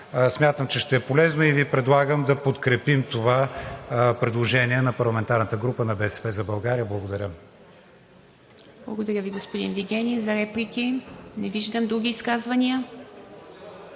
Смятам, че ще е полезно и Ви предлагам да подкрепим това предложение на парламентарната група на „БСП за България“. Благодаря. ПРЕДСЕДАТЕЛ ИВА МИТЕВА: Благодаря Ви, господин Вигенин. Реплики? Не виждам. Други изказвания?